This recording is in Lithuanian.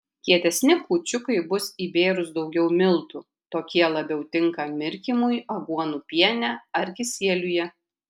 kietesni kūčiukai bus įbėrus daugiau miltų tokie labiau tinka mirkymui aguonų piene ar kisieliuje